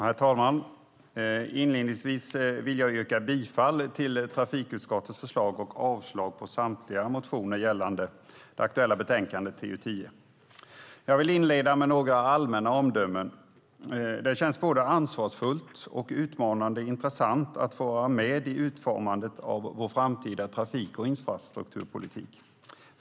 Herr talman! Inledningsvis vill jag yrka bifall till trafikutskottets förslag och avslag på samtliga motioner gällande det aktuella betänkandet TU10. Sedan vill jag fortsätta med några allmänna omdömen. Det känns både ansvarsfullt och utmanande intressant att få vara med i utformandet av vår framtida trafik och infrastrukturpolitik.